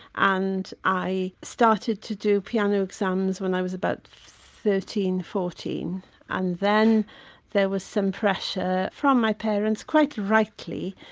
and i started to do piano exams when i was about thirteen, fourteen and then there was some pressure from my parents, quite rightly,